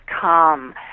come